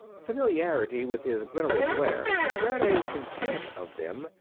familiarity with his glittering wares bred a contempt of them,